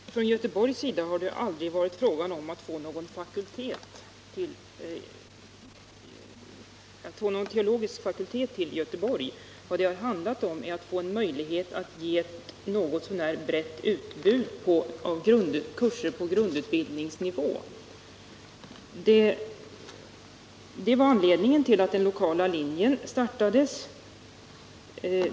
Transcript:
Herr talman! Från Göteborgs sida har det aldrig varit fråga om att få någon teologisk fakultet i Göteborg, utan vad det har handlat om är möjligheten att få ett något så när brett utbud av kurser på grundutbildningsnivån. Detta var anledningen till att den lokala linjen startades.